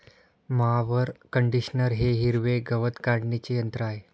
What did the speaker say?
mower conditioner हे हिरवे गवत काढणीचे यंत्र आहे